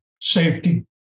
safety